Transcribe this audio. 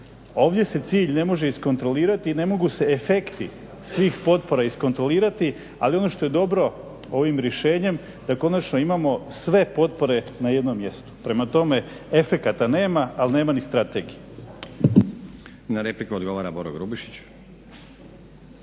Ovdje se cilj ne može iskontrolirati i ne mogu se efekti svih potpora iskontrolirati, ali ono što je dobro ovim rješenjem da konačno imamo sve potpore na jednom mjestu. Prema tome efekata nema, ali nema ni strategije. **Stazić, Nenad (SDP)** Na repliku odgovara Boro Grubišić.